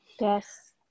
yes